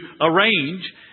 arrange